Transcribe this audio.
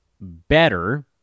better